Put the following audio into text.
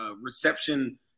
reception